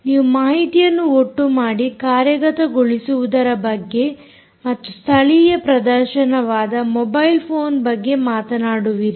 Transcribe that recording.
ನೀವು ಮಾಹಿತಿಯನ್ನು ಒಟ್ಟು ಮಾಡಿ ಕಾರ್ಯಗತಗೊಳಿಸುವುದರ ಬಗ್ಗೆ ಮತ್ತು ಸ್ಥಳೀಯ ಪ್ರದರ್ಶನವಾದ ಮೊಬೈಲ್ ಫೋನ್ ಬಗ್ಗೆ ಮಾತನಾಡುವಿರಿ